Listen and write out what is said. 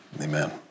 Amen